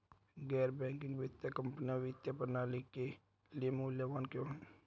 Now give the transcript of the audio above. गैर बैंकिंग वित्तीय कंपनियाँ वित्तीय प्रणाली के लिए मूल्यवान क्यों हैं?